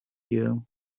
here